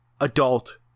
adult